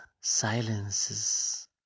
silences